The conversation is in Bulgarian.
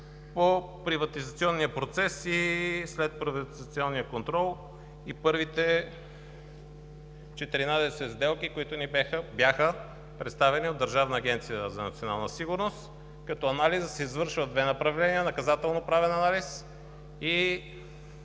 по приватизационния процес и следприватизационния контрол, и първите 14 сделки, които ни бяха представени от Държавна агенция „Национална сигурност“, като анализът се извършва в две направления – наказателноправен анализ и